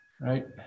right